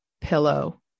pillow